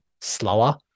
slower